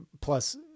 plus